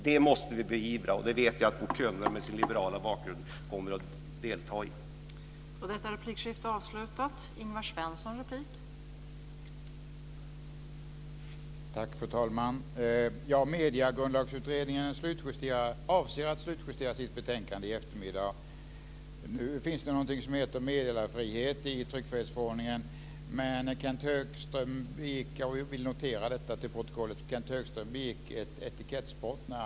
Det måste vi bejaka, och jag vet att Bo Könberg med sin liberala bakgrund kommer att delta i denna strävan.